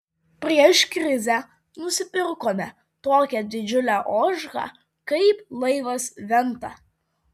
prieš krizę nusipirkome tokią didžiulę ožką kaip laivas venta